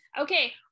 Okay